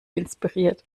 inspiriert